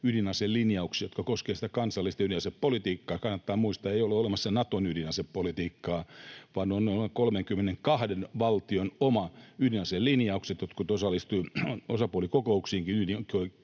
ydinaselinjauksia, jotka koskevat sitä kansallista ydinasepolitiikkaa. Kannattaa muistaa: ei ole olemassa Naton ydinasepolitiikkaa vaan on 32 valtion omat ydinaselinjaukset — jotkut osallistuvat osapuolikokouksiinkin